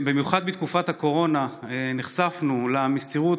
במיוחד בתקופת הקורונה נחשפנו למסירות